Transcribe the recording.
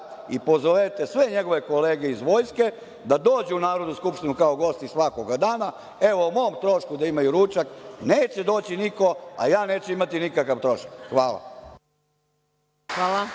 i sve njegove kolege iz vojske da dođu u Narodnu skupštinu kao gosti svakoga dana, evo o mom trošku da imaju ručak, neće doći niko, a ja neću imati nikakav trošak. Hvala.